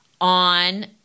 on